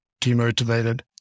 demotivated